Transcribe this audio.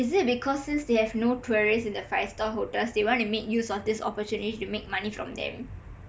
is it because since they have no tourists in the five star hotel they want to make use of this opporunity to make money from them